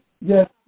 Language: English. Yes